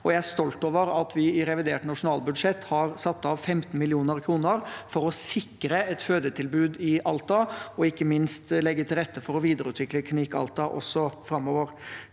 Jeg er stolt over at vi i revidert nasjonalbudsjett har satt av 15 mill. kr for å sikre et fødetilbud i Alta og ikke minst legge til rette for å videreutvikle Klinikk Alta også framover.